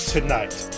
Tonight